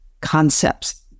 concepts